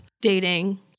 dating